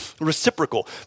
Reciprocal